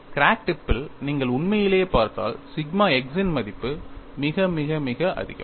crack டிப்பில் நீங்கள் உண்மையிலேயே பார்த்தால் சிக்மா x இன் மதிப்பு மிக மிக மிக அதிகம்